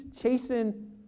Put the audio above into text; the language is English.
chasing